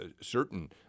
certain